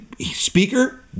speaker